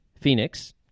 Phoenix